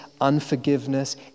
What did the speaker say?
unforgiveness